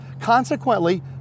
Consequently